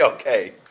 okay